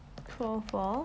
four oo four